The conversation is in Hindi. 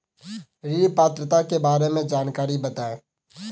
ऋण पात्रता के बारे में जानकारी बताएँ?